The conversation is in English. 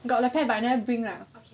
got the pen but I never bring lah